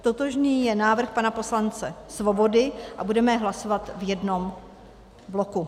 Totožný je návrh pana poslance Svobody a budeme je hlasovat v jednom bloku.